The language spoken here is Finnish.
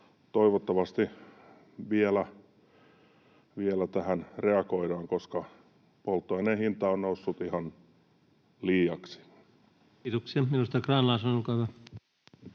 toivottavasti vielä tähän reagoidaan, koska polttoaineen hinta on noussut ihan liiaksi. [Speech 31] Speaker: